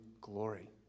glory